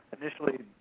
initially